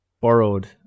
borrowed